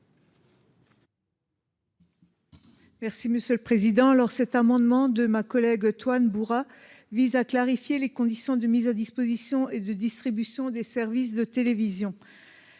Merci Monsieur le Président. Alors cet amendement de ma collègue Toine. Vise à clarifier les conditions de mise à disposition et de distribution des services de télévision.